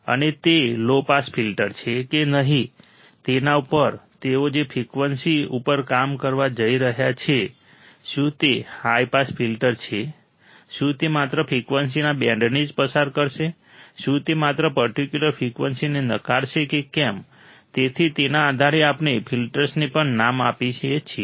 અને તે low pass filter છે કે નહીં તેના ઉપર તેઓ જે ફ્રિકવન્સી ઉપર કામ કરવા જઈ રહ્યા છે શું તે હાઈ પાસ ફિલ્ટર છે શું તે માત્ર ફ્રિકવન્સીના બેન્ડને જ પસાર કરશે શું તે માત્ર પર્ટિક્યુલર ફ્રિકવન્સીને નકારશે કે કેમ તેથી તેના આધારે આપણે ફિલ્ટર્સને પણ નામ આપીએ છીએ